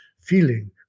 feeling